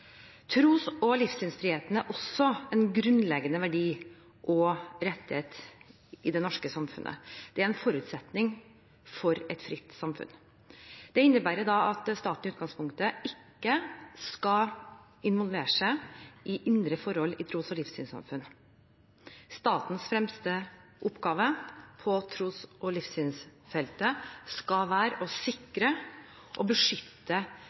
Tros- og livssynsfriheten er også en grunnleggende verdi og rettighet i det norske samfunnet. Det er en forutsetning for et fritt samfunn. Det innebærer at staten i utgangspunktet ikke skal involvere seg i indre forhold i tros- og livssynssamfunn. Statens fremste oppgave på tros- og livssynsfeltet skal være å sikre og beskytte